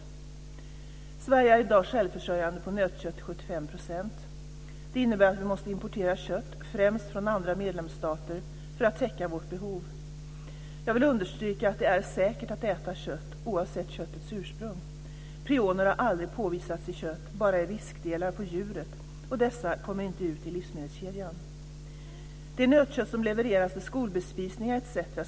Sverige är i dag självförsörjande på nötkött till 75 %. Detta innebär att vi måste importera kött, främst från andra medlemsstater, för att täcka vårt behov. Jag vill understryka att det är säkert att äta kött, oavsett köttets ursprung. Prioner har aldrig påvisats i kött, bara i riskdelarna på djuret, och dessa kommer inte ut i livsmedelskedjan. Det nötkött som levereras till skolbespisningar etc.